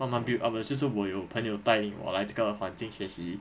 慢慢 build up 的就是我有朋友带我来这个环境学习